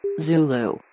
Zulu